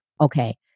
okay